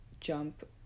jump